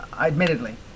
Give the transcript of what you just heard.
admittedly